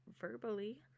verbally